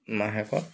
মাহেকত